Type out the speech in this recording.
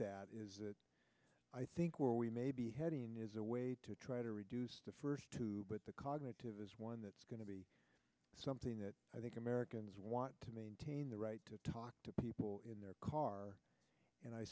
e that is i think where we may be heading is a way to try to reduce the first two but the cognitive is one that's going to be something that i think americans want to maintain the right to talk to people in their car and i